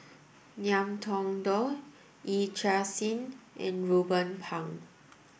Ngiam Tong Dow Yee Chia Hsing and Ruben Pang